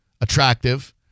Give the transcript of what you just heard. attractive